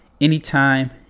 anytime